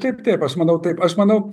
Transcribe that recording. taip taip aš manau taip aš manau